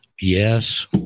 yes